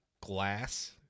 glass